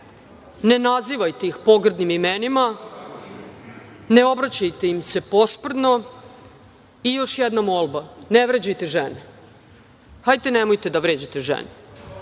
Ne nazivajte ih pogrdnim imenima. Ne obraćajte im se posprdno. Još jedna molba, ne vređajte žene. Nemojte da vređate žene.